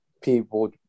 people